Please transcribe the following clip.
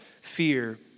fear